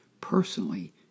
personally